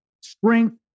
strength